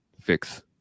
fix